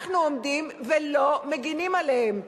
אנחנו עומדים ולא מגינים עליהם.